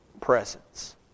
presence